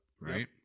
right